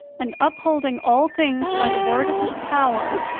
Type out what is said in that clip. and upholding all things by the word of his power,